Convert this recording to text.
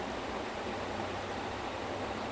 full படமே:padamae was YouTubers then